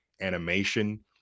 animation